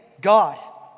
God